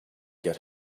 get